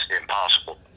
impossible